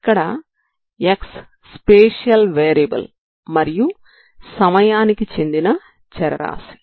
ఇక్కడ x spatial variable మరియు సమయానికి చెందిన చరరాశి